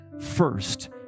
First